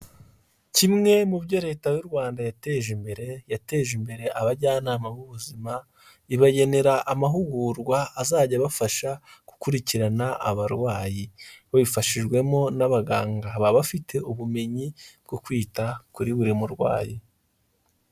Kimwe mu byo Leta y'u Rwanda yateje imbere, yateje imbere abajyanama b'ubuzima ibagenera amahugurwa azajya abafasha gukurikirana abarwayi babifashijwemo n'abaganga baba bafite ubumenyi bwo kwita kuri buri murwayi.